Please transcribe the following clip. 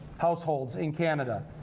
households in canada.